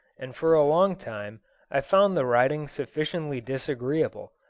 and for a long time i found the riding sufficiently disagreeable,